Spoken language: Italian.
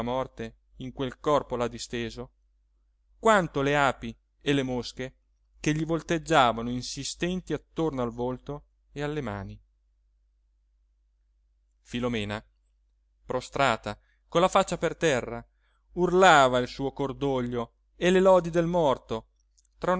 in quel corpo là disteso quanto le api e le mosche che gli volteggiavano insistenti attorno al volto e alle mani filomena prostrata con la faccia per terra urlava il suo cordoglio e le lodi del morto